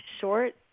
short